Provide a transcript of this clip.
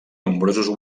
nombrosos